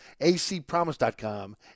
acpromise.com